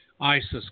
ISIS